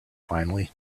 finally